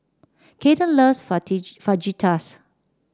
Kaiden loves Fajitas